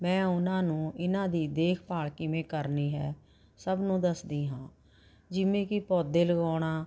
ਮੈਂ ਉਹਨਾਂ ਨੂੰ ਇਹਨਾਂ ਦੀ ਦੇਖਭਾਲ ਕਿਵੇਂ ਕਰਨੀ ਹੈ ਸਭ ਨੂੰ ਦੱਸਦੀ ਹਾਂ ਜਿਵੇਂ ਕਿ ਪੌਦੇ ਲਗਾਉਣਾ